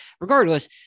regardless